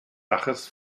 daches